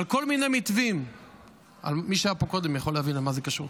על כל מיני מתווים ----- מי שהיה פה קודם יכול להבין למה זה קשור.